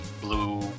Blue